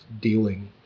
dealing